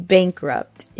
Bankrupt